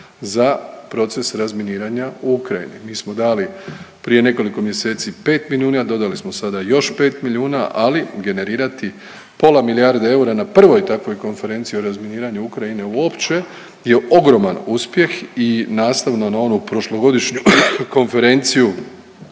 za proces razminiranja u Ukrajini. Mi smo dali prije nekoliko mjeseci 5 milijuna, dodali smo sada još 5 milijuna ali generirati pola milijarde eura na prvoj takvoj konferenciji o razminiranju Ukrajine uopće, je ogroman uspjeh i nastavno na onu prošlogodišnju konferenciju